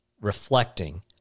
reflecting